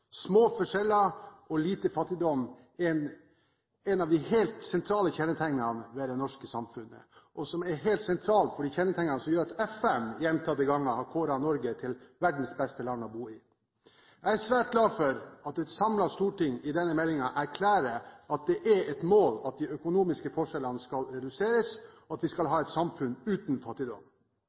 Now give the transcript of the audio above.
Små forskjeller og lite fattigdom er en av de helt sentrale kjennetegnene ved det norske samfunnet, og er helt sentralt for de kjennetegnene som gjør at FN gjentatte ganger har kåret Norge til verdens beste land å bo i. Jeg er svært glad for at et samlet storting i forbindelse med denne meldingen erklærer at «det er et mål at de økonomiske forskjellene skal reduseres, og at vi skal ha et samfunn uten fattigdom».